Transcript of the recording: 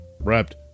wrapped